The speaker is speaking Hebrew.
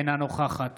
אינה נוכחת